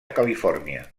califòrnia